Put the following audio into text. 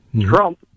Trump